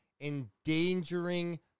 endangering